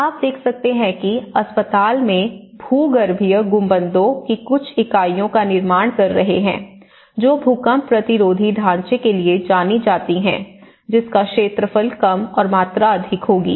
आप देख सकते हैं कि अस्पताल में भूगर्भीय गुंबदों की कुछ इकाइयों का निर्माण कर रहे हैं जो भूकंप प्रतिरोधी ढांचे के लिए जानी जाती हैं जिसका क्षेत्रफल कम और मात्रा अधिक होगी